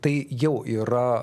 tai jau yra